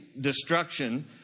destruction